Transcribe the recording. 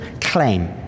claim